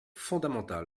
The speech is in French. fondamental